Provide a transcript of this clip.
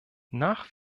nach